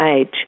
age